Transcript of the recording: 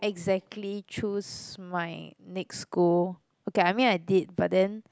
exactly choose my next school okay I mean I did but then